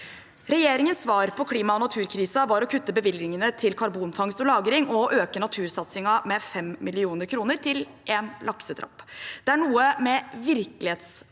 Regjeringens svar på klima- og naturkrisen var å kutte bevilgningene til karbonfangst og lagring og øke natursatsingen med 5 mill. kr til en laksetrapp. Det er noe med virkelighetsforståelsen